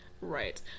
right